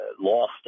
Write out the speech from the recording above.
lost